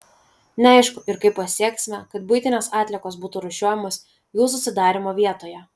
neaišku ir kaip pasieksime kad buitinės atliekos būtų rūšiuojamos jų susidarymo vietoje